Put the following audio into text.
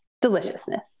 Deliciousness